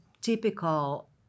typical